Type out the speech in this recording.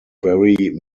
very